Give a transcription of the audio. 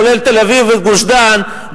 כולל תל-אביב וגוש-דן,